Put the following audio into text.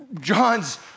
John's